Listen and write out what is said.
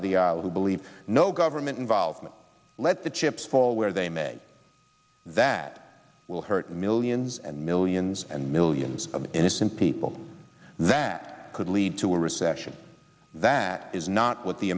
of the aisle who believe no government involvement let the chips fall where they may that will hurt millions and millions and millions of innocent people that could lead to a recession that is not what the